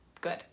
Good